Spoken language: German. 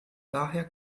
daher